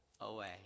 away